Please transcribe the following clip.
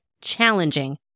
challenging